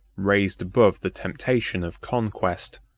raised above the temptation of conquest,